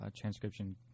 transcription